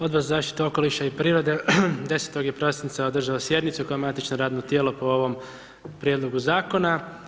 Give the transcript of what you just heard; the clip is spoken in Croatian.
Odbor za zaštitu okoliša i prirode, 10. prosinca je održao sjednicu koje je matično radno tijelo po ovom prijedlogu zakona.